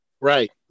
Right